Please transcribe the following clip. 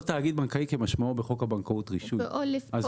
בנקאי כמשמעו בחוק הבנקאות (רישוי) ולכן